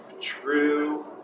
true